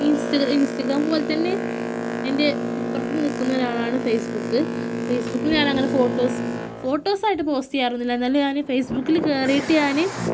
Instagram പോലെ തന്നെ എൻ്റെ ഇപ്പുറത്ത് നിൽക്കുന്ന ഒരാളാണ് ഫേസ്ബുക്ക് ഫേസ്ബുക്കിൽ ഞാൻ അങ്ങനെ ഫോട്ടോസ് ഫോട്ടോസായിട്ട് പോസ്റ്റ് ചെയ്യാറൊന്നുമില്ല എന്നാൽ ഞാൻ ഈ ഫേസ്ബുക്കിൽ കയറിയിട്ട് ഞാൻ